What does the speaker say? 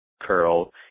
curl